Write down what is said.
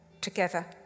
together